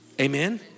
Amen